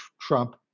Trump